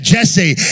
Jesse